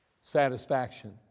satisfaction